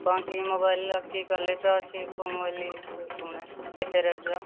ଆପଣ କି ମୋବାଇଲର କି କ୍ଵାଲିଟିର ଅଛି କେଉଁ ମୋବାଇଲ କେତେ ରେଟ୍ର